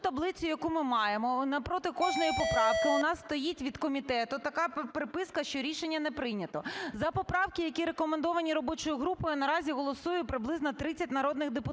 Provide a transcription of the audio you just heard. ту таблицю, яку ми маємо, навпроти кожної поправки у нас стоїть від комітету така приписка, що рішення не прийнято. За поправки, які рекомендовані робочою групою, наразі голосує приблизно 30 народних депутатів.